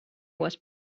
was